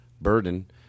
Burden